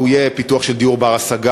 הוא יהיה פיתוח של דיור בר-השגה,